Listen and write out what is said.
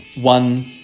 one